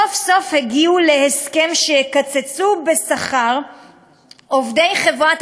סוף-סוף הגיעו להסכם שיקצצו בשכר עובדי חברת